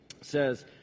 says